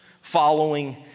following